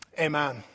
Amen